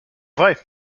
vrai